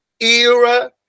era